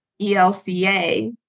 ELCA